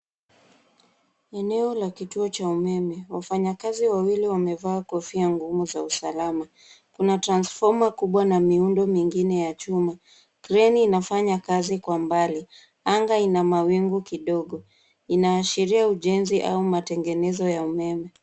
Eneo la kituo cha umeme. Wafanyakazi kazi wawili wamevaa kofia ngumu za usalama. Kuna transfoma kubwa na miundo mingine ya chuma. Kreni inafanya kazi kwa mbali. Anga ina mawingu kidogo. Inaashiria ujenzi au matengenezo ya umeme.